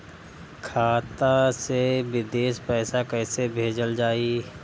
खाता से विदेश पैसा कैसे भेजल जाई?